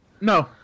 No